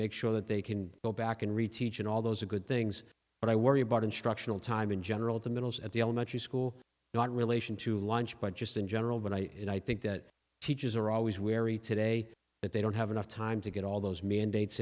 make sure that they can go back and reteach and all those are good things but i worry about instructional time in general the middles at the elementary school not relation to lunch but just in general but i and i think that teachers are always wary today that they don't have enough time to get all those mandates